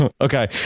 Okay